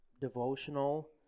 devotional